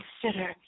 consider